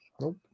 Nope